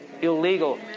Illegal